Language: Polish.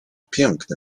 piękne